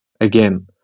again